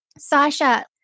Sasha